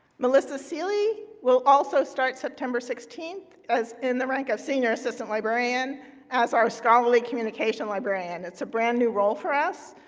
melissa seelye will also start september sixteenth as in the rank of senior assistant librarian as our scholarly communication librarian. it's a brand-new role for us.